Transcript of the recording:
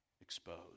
exposed